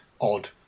odd